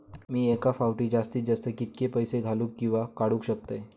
मी एका फाउटी जास्तीत जास्त कितके पैसे घालूक किवा काडूक शकतय?